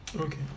okay